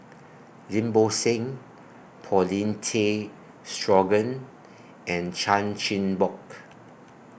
Lim Bo Seng Paulin Tay Straughan and Chan Chin Bock